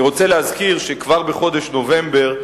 אני רוצה להזכיר שכבר בחודש נובמבר